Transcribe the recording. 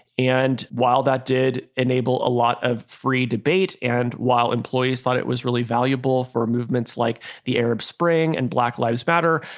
and while that did enable a lot of free debate. and while employees thought it was really valuable for movements like the arab spring and black lives matter,